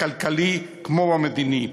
בכלכלי כמו במדיני.